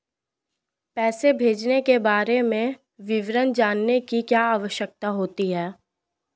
पैसे भेजने के बारे में विवरण जानने की क्या आवश्यकता होती है?